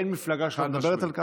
אין מפלגה שלא מדברת על כך.